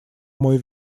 мой